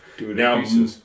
Now